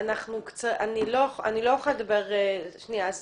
רק יש לי שאלה: